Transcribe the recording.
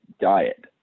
diet